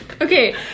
Okay